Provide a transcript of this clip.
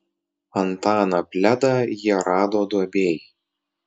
antaną pledą jie rado duobėj